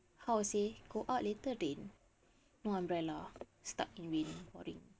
how to say go out later rain no umbrella stuck in rain boring